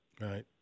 right